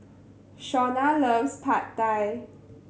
Shawnna loves Pad Thai